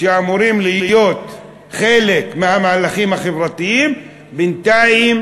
שאמורות להיות חלק מהמהלכים החברתיים, בינתיים